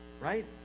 right